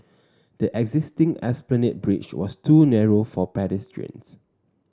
the existing Esplanade Bridge was too narrow for pedestrians